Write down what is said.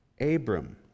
Abram